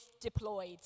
deployed